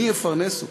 מי יפרנס אותם?